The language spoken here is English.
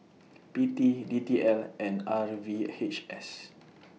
P T D T L and R V H S